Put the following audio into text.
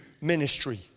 ministry